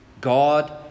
God